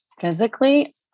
Physically